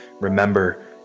Remember